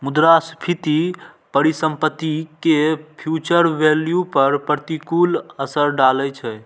मुद्रास्फीति परिसंपत्ति के फ्यूचर वैल्यू पर प्रतिकूल असर डालै छै